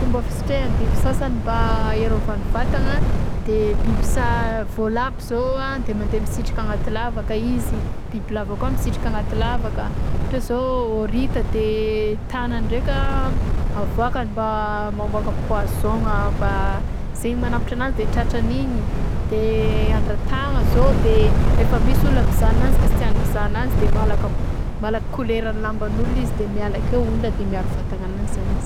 Fomba fisitrehan'ny biby sasany mba erôvany vatagna de biby sa vaolavo zao a de mandeha misitrika agnaty lavaka izy bibilava kôa misitriky agnaty lavaka a; ohatra zao ôrita de tagnany ndraika avoakany mba amôka poison-gna mba zegny manambotra anazy de tratragniny e; de andratagna zao de rehefa misy olona mizaha agnazy ka tsy tiagny mizaha ananzy de malak- malaka koleran'ny lamban'olo izy d miala akeo olona de miaro vatagna anazy zany izy